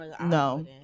No